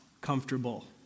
comfortable